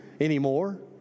anymore